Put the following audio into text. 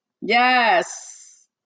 Yes